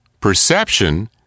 Perception